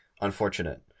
Unfortunate